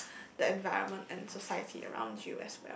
the environment and society around you as well